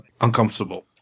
uncomfortable